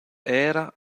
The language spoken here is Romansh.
era